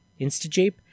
InstaJape